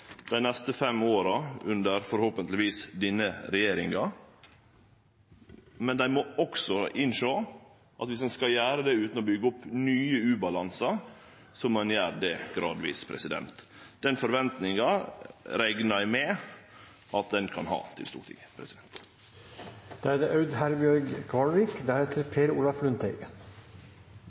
dei neste fem åra under forhåpentlegvis denne regjeringa, men dei må også innsjå at dersom ein skal gjere det utan å byggje opp nye ubalansar, må ein gjere det gradvis. Den forventninga reknar eg med at ein kan ha til Stortinget. Det